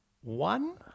One